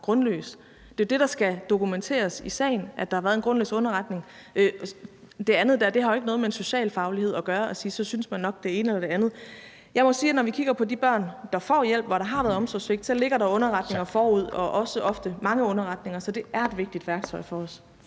Det er jo det, der skal dokumenteres i sagen, altså at der har været en grundløs underretning. Det andet der har jo ikke noget med socialfaglighed at gøre, altså at sige, at så synes man nok det ene eller det andet. Jeg må sige, at når vi kigger på de børn, der får hjælp, og hvor der har været omsorgssvigt, så ligger der underretninger forud – og ofte også mange underretninger. Så det er et vigtigt værktøj for os.